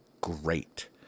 great